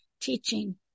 teaching